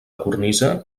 cornisa